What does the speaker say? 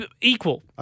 Equal